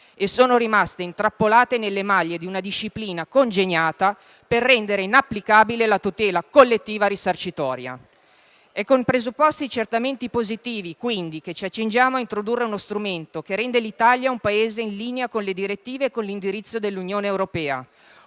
e sono rimaste intrappolate nelle maglie di una disciplina congegnata per rendere inapplicabile la tutela collettiva risarcitoria. È con presupposti certamente positivi, quindi, che ci accingiamo a introdurre uno strumento che rende l'Italia un Paese in linea con le direttive e con l'indirizzo dell'Unione europea;